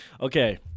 Okay